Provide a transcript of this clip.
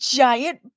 giant